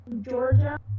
Georgia